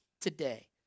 today